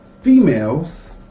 Females